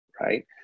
Right